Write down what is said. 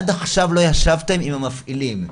עד עכשיו לא ישבתם עם המפעילים,